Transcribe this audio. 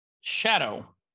shadow